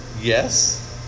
yes